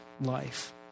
life